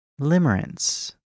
limerence